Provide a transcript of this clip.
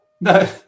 no